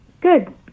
Good